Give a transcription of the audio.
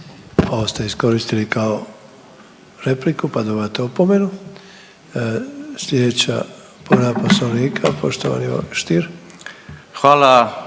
Hvala